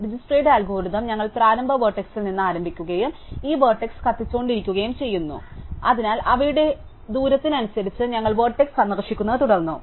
ഡിജ്സ്ക്സ്ട്രയുടെ algorithm ഞങ്ങൾ പ്രാരംഭ വെർട്ടക്സ്സിൽ നിന്ന് ആരംഭിക്കുകയും ഈ വെർട്ടിസ്സ് കത്തിച്ചുകൊണ്ടിരിക്കുകയും ചെയ്യുന്നു അതിനാൽ അവയുടെ ദൂരത്തിനനുസരിച്ച് ഞങ്ങൾ വെർട്ടിസ്സ് സന്ദർശിക്കുന്നത് തുടർന്നു